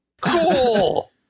Cool